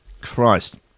Christ